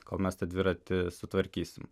kol mes tą dviratį sutvarkysim